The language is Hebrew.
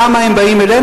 למה הם באים אלינו,